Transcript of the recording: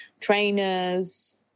trainers